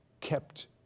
kept